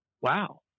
Wow